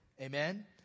Amen